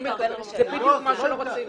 זה בדיוק מה שלא רצינו.